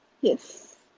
Yes